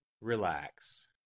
Relax